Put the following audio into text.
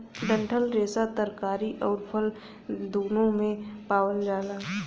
डंठल रेसा तरकारी आउर फल दून्नो में पावल जाला